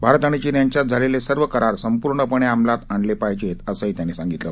भारत आणि चीन यांच्यात झालेले सर्व करार संपूर्णपणे अंमलात आणलं पाहिजेत असंही ते म्हणाले